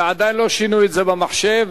ועדיין לא שינו את זה במחשב,